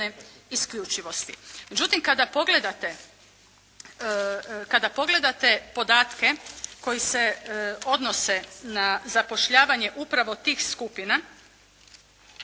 isključivosti. Međutim kada pogledate podatke koji se odnose na zapošljavanje upravo tih skupina,